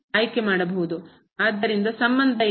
ಆದ್ದರಿಂದ ಸಂಬಂಧ ಏನು